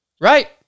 Right